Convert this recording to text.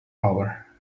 power